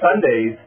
Sundays